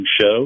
show